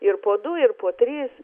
ir po du ir po tris